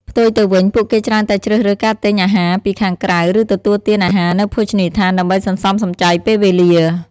ផ្ទុយទៅវិញ ពួកគេច្រើនតែជ្រើសរើសការទិញអាហារពីខាងក្រៅ ឬទទួលទានអាហារនៅភោជនីយដ្ឋានដើម្បីសន្សំសំចៃពេលវេលា ។